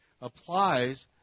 applies